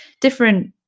different